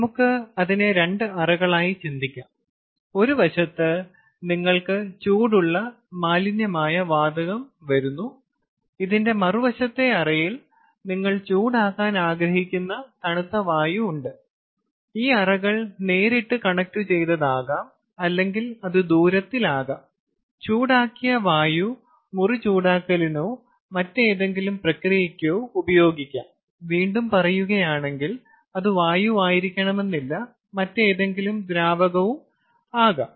നമുക്ക് അതിനെ 2 അറകളായി ചിന്തിക്കാം ഒരു വശത്ത് നിങ്ങൾക്ക് ചൂടുള്ള മാലിന്യ വാതകം വരുന്നു ഇതിന്റെ മറുവശത്തെ അറയിൽ നിങ്ങൾ ചൂടാക്കാൻ ആഗ്രഹിക്കുന്ന തണുത്ത വായു ഉണ്ട് ഈ അറകൾ നേരിട്ട് കണക്റ്റുചെചെയ്തതാകാം അല്ലെങ്കിൽ അത് ദൂരത്തിൽ ആകാം ചൂടാക്കിയ വായു മുറി ചൂടാക്കലിനോ മറ്റേതെങ്കിലും പ്രക്രിയയ്ക്കോ ഉപയോഗിക്കാം വീണ്ടും പറയുകയാണെങ്കിൽ അത് വായുവായിരിക്കണമെന്നില്ല മറ്റേതെങ്കിലും ദ്രാവകവും ആകാം